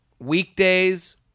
weekdays